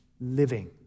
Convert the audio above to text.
living